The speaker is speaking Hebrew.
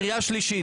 קריאה שלישית,